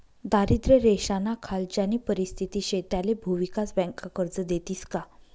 दारिद्र्य रेषानाखाल ज्यानी परिस्थिती शे त्याले भुविकास बँका कर्ज देतीस का?